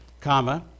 comma